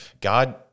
God –